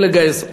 ולגייס אותם.